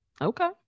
okay